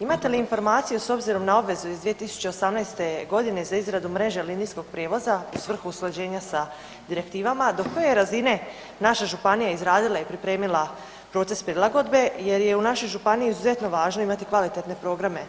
Imate li informaciju s obzirom na obvezu iz 2018. godine za izradu mreže linijskog prijevoza u svrhu usklađenja sa direktivama do koje razine je naša županija izradila i pripremila proces prilagodbe jer je u našoj županiji izuzetno važno imati kvalitetne programe